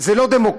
זה לא דמוקרטיה.